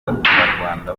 baturarwanda